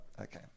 okay